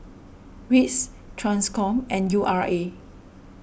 Wits Transcom and U R A